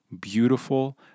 beautiful